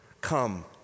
come